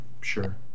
sure